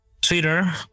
Twitter